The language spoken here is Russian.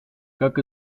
как